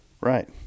Right